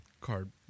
card